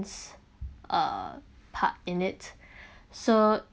uh part in it so